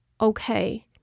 okay